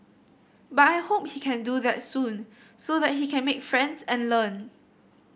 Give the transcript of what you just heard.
but I hope he can do that soon so that he can make friends and learn